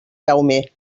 jaume